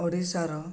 ଓଡ଼ିଶାର